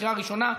קריאה ראשונה.